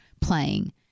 playing